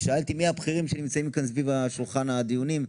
ושאלתי מי הבכירים שנמצאים כאן סביב שולחן הדיונים,